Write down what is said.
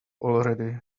already